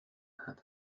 hat